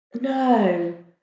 No